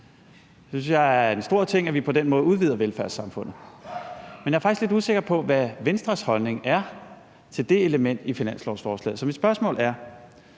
jeg er en stor ting, altså at vi på den måde udvider velfærdssamfundet. Men jeg er faktisk lidt usikker på, hvad Venstres holdning er til det element i finanslovsforslaget. Så mit spørgsmål er: